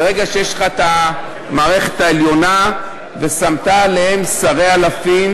ברגע שיש לך את המערכת העליונה "ושמת עלהם שרי אלפים"